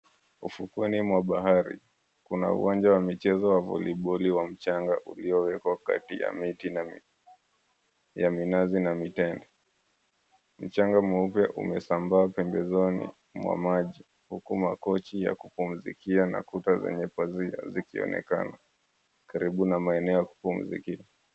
Ufukweni mwa bahari, kuna uwanja wa michezo wa voliboli wa mchanga uliowekwa kati ya miti ya minazi na mitende. Mchanga mweupe umesambaa pembezoni mwa maji, huku makochi ya kupumzikia na kuta zenye pazia zikionekana karibu na maeneo ya kupumzikia.